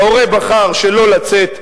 ההורה בחר שלא לצאת לעבודה,